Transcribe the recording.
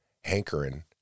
hankering